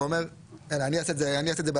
ואומר אני אעשה את זה בעצמי?